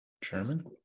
German